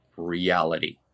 Reality